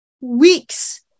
weeks